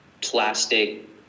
plastic